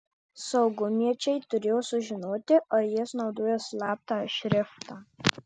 saugumiečiai turėjo sužinoti ar jis naudoja slaptą šriftą